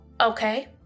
okay